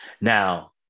Now